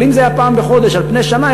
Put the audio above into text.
אבל אם זה היה פעם בחודש על פני שנה